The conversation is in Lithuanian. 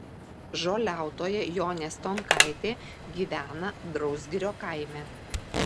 žoliautoja jonė stonkaitė gyvena drausgirio kaime